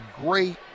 great